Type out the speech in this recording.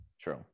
True